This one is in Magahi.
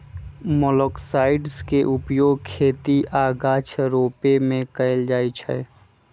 मोलॉक्साइड्स के उपयोग खेती आऽ गाछ रोपे में कएल जाइ छइ